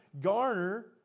garner